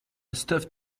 stuffed